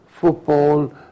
football